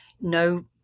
no